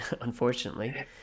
unfortunately